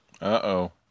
Uh-oh